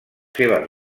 seves